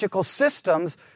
systems